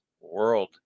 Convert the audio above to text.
World